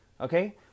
Okay